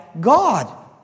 God